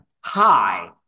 Hi